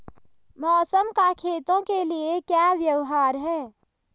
मौसम का खेतों के लिये क्या व्यवहार है?